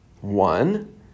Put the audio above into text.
one